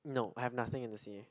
no I have nothing in the sea